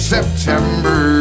September